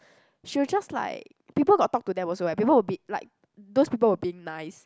she will just like people got talk to them also leh people were be like those people were being nice